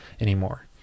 anymore